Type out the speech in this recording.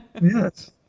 Yes